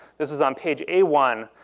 this was on page a one,